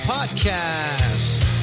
Podcast